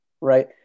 right